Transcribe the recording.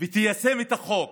ותיישם את החוק,